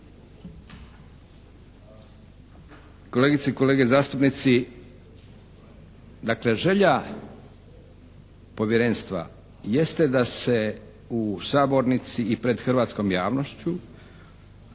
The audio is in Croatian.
Kolegice i kolege zastupnici dakle želja Povjerenstva jeste da se u sabornici i pred hrvatskom javnošću